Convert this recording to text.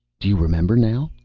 do you remember now?